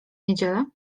niedzielę